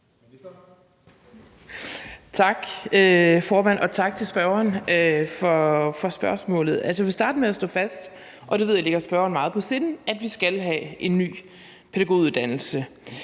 tak til spørgeren for spørgsmålet. Altså, jeg vil starte med at slå fast, og det ved jeg ligger spørgeren meget på sinde, at vi skal have en ny pædagoguddannelse.